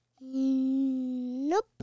Nope